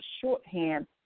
shorthand